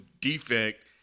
defect